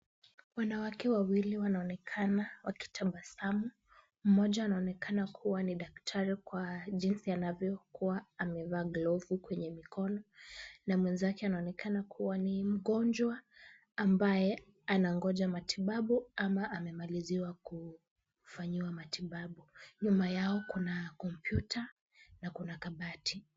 Wanawake wawili wanaonekana wakitabasamu. Mmoja anaonekana kuwa ni daktari kwa jinsi anavyokuwa amevaa glovu kwenye mikono na mwenzake anaonekana kuwa ni mgonjwa ambaye anangoja matibabu ama amemaliziwa kufanyiwa matibabu. Nyuma yao kuna kompyuta na kuna kabati.